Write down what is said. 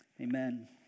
amen